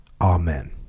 Amen